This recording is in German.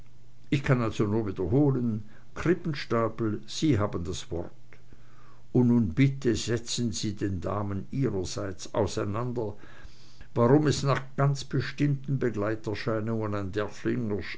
ich kann also nur wiederholen krippenstapel sie haben das wort und nun bitte setzen sie den damen ihrerseits auseinander warum es nach ganz bestimmten begleiterscheinungen ein